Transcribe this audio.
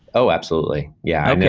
oh, absolutely. yeah,